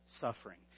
suffering